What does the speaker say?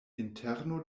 interno